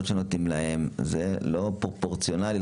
שנותנים להם זה לחלוטין לא פרופורציונלי.